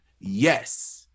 yes